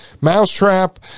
mousetrap